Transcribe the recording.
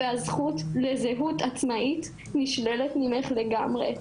והזכות לזהות עצמאית נשללת ממך לגמרי.